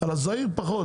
על הזעיר פחות,